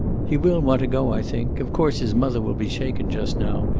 he will want to go, i think. of course, his mother will be shaken just now.